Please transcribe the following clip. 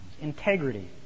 Integrity